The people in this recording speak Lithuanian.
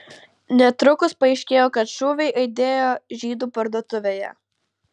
netrukus paaiškėjo kad šūviai aidėjo žydų parduotuvėje